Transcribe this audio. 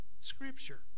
scripture